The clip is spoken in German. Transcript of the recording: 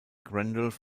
randolph